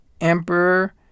Emperor